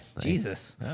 Jesus